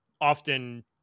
often